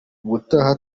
ubutaha